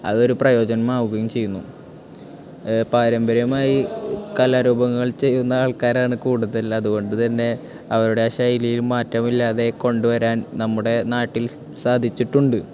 അതൊരു പ്രയോജനം ആവുകയും ചെയ്യുന്നു പാരമ്പര്യമായി കലാരൂപങ്ങൾ ചെയ്യുന്ന ആൾക്കാരാണ് കൂടുതൽ അതുകൊണ്ടുതന്നെ അവരുടെ ആ ശൈലിയിൽ മാറ്റമില്ലാതെ കൊണ്ടുവരാൻ നമ്മുടെ നാട്ടിൽ സാധിച്ചിട്ടുണ്ട്